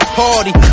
party